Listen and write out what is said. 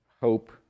hope